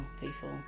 people